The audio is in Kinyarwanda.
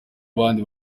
abandi